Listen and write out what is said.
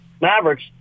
Mavericks